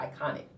Iconic